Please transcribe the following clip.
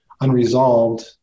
unresolved